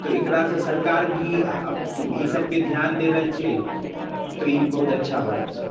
तऽ एकरासँ सरकार भी आब ईसभ पे ध्यान दे रहल छै तऽ ई बहुत अच्छा बात छै